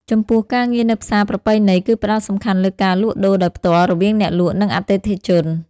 ចំពោះការងារនៅផ្សារប្រពៃណីគឺផ្តោតសំខាន់លើការលក់ដូរដោយផ្ទាល់រវាងអ្នកលក់ និងអតិថិជន។